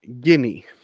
Guinea